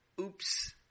Oops